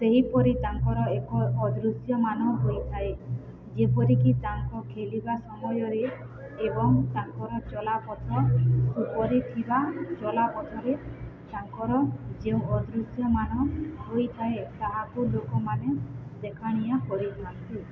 ସେହିପରି ତାଙ୍କର ଏକ ଅଦୃଶ୍ୟମାନ ହୋଇଥାଏ ଯେପରିକି ତାଙ୍କ ଖେଲିବା ସମୟରେ ଏବଂ ତାଙ୍କର ଚଲାପଥ ଉପରେଥିବା ଚଲାପଥରେ ତାଙ୍କର ଯେଉଁ ଅଦୃଶ୍ୟମାନ ହୋଇଥାଏ ତାହାକୁ ଲୋକମାନେ ଦେଖାଣିଆ କରିଥାନ୍ତି